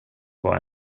var